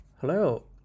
Hello